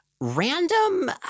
Random